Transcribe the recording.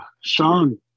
Sean